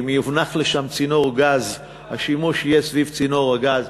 ואם יונח שם צינור גז השימוש יהיה סביב צינור הגז,